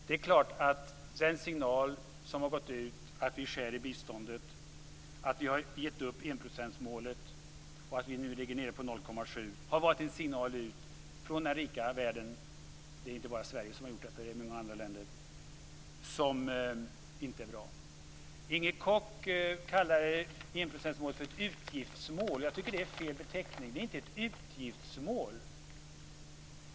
Det är klart att den signal som har gått ut, att vi skär i biståndet, att vi har gett upp enprocentsmålet och att vi nu ligger på 0,7 % har varit en signal från den rika världen som inte är bra. Det är inte bara Sverige som har gjort detta, utan även många andra länder. Inger Koch kallade enprocentsmålet för ett utgiftsmål. Jag tycker att det är fel beteckning. Det är inte ett utgiftsmål.